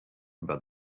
about